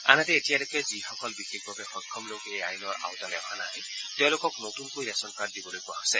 আনহাতে এতিয়ালৈকে যিসকল বিশেষভাৱে সক্ষম লোক এই আইনৰ আওঁতালৈ অহা নাই তেওঁলোকক নতুনকৈ ৰেচন কাৰ্ড দিবলৈ কোৱা হৈছে